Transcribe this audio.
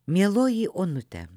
mieloji onute